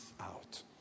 out